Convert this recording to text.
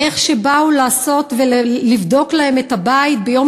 איך שבאו לעשות ולבדוק להם את הבית ביום